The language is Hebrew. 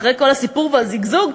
אחרי הסיפור והזיגזוג,